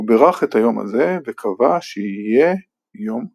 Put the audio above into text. הוא ברך את היום הזה וקבע שיהיה יום קדוש.